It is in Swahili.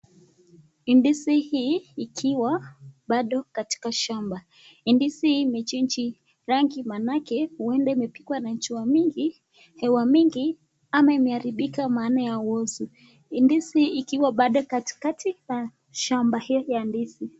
Ndizi hii ikiwa bado katika shamba, ndizi hii ime change rangi, manake huenda imepigwa na jua mingi, hewa mingi ama imeharibika maana ya uozo. Ni ndizi ikiwa bado katika shamba hii ya ndizi.